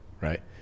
right